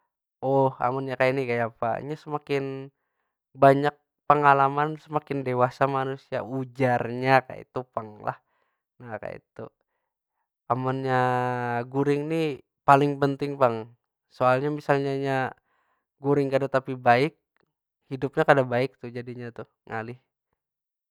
amunnya kaya ni kayapa? Inya semakin banyak pengalaman semakin dewasa manusia, ujarnya kaytu pang lah. Nah kaytu. Amunnya guring nih paling penting pang, soalnya misalnya inya guring kada tapi baik hidupnya kada baik tuh jadinya tuh, ngalih.